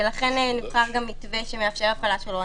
ולכן נבחר גם מתווה שמאפשר הפעלה שלו.